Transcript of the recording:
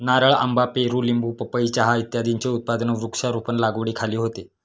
नारळ, आंबा, पेरू, लिंबू, पपई, चहा इत्यादींचे उत्पादन वृक्षारोपण लागवडीखाली होते